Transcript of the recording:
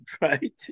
right